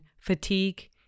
fatigue